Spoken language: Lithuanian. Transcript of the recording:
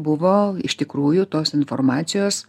buvo iš tikrųjų tos informacijos